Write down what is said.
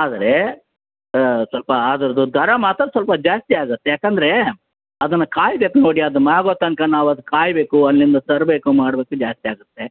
ಆದರೆ ಸ್ವಲ್ಪ ಅದ್ರುದ್ದು ದರ ಮಾತ್ರ ಸ್ವಲ್ಪ ಜಾಸ್ತಿ ಆಗುತ್ತೆ ಯಾಕೆಂದ್ರೇ ಅದನ್ನು ಕಾಯ್ಬೇಕು ನೋಡಿ ಅದು ಮಾಗೋ ತನಕ ನಾವು ಅದು ಕಾಯ್ಬೇಕು ಅಲ್ಲಿಂದ ತರ್ಬೇಕು ಮಾಡೋ ಹೊತ್ತಿಗೆ ಜಾಸ್ತಿ ಆಗುತ್ತೆ